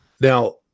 Now